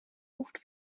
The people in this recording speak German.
luft